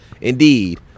Indeed